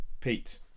Pete